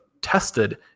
tested